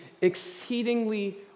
exceedingly